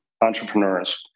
entrepreneurs